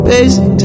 Basic